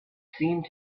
seemed